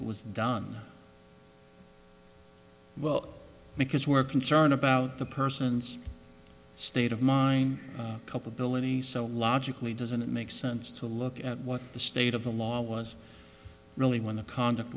it was done well because we're concerned about the person's state of mind cop ability so logically doesn't it make sense to look at what the state of the law was really when the conduct